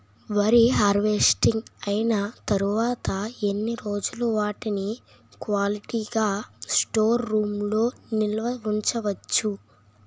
వరి హార్వెస్టింగ్ అయినా తరువత ఎన్ని రోజులు వాటిని క్వాలిటీ గ స్టోర్ రూమ్ లొ నిల్వ ఉంచ వచ్చు?